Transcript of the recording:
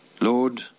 Lord